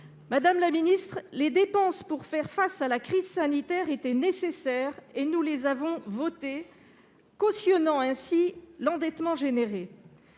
Madame la ministre, Les dépenses pour faire face à la crise sanitaire étaient nécessaires et nous les avons votées, en cautionnant ainsi l'endettement généré.